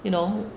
you know